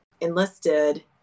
enlisted